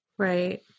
Right